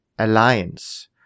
alliance